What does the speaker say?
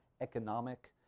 economic